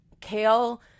Kale